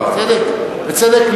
ובצדק,